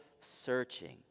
searching